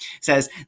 says